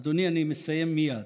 אדוני, אני מסיים מייד.